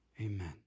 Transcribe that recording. Amen